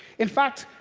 in fact,